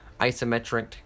isometric